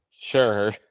Sure